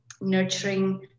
nurturing